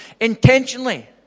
intentionally